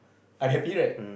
unhappy right